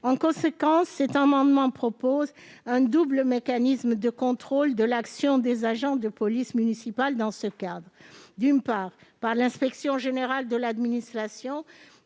En conséquence, cet amendement tend à proposer un double mécanisme de contrôle de l'action des agents de police municipale : d'une part, un contrôle par l'inspection générale de l'administration,